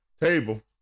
table